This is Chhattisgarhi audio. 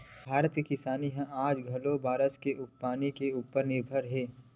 भारत के किसानी ह आज घलो बरसा के पानी के उपर निरभर हे